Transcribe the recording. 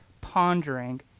pondering